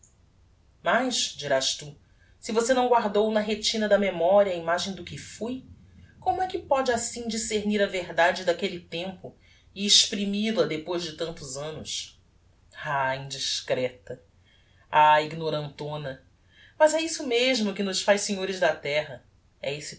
dirás tu se você não guardou na retina da memoria a imagem do que fui como é que póde assim discernir a verdade daquelle tempo e exprimil a depois de tantos annos ah indiscreta ah ignorantona mas é isso mesmo que nos faz senhores da terra é esse